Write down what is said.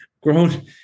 grown